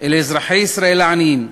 אל אזרחי ישראל העניים: